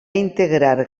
integrar